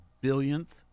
billionth